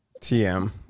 TM